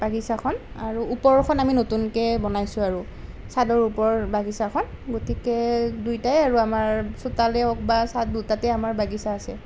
বাগিচাখন আৰু ওপৰৰখন আমি নতুনকৈ বনাইছোঁ আৰু চাদৰ ওপৰৰ বাগিচাখন গতিকে দুয়োটাই আৰু আমাৰ চোতালেই হওক বা চাদ দুটাতে আমাৰ বাগিচা আছে